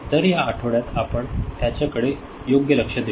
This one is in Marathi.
तर या आठवड्यात आपण त्यांच्याकडे योग्य लक्ष देऊ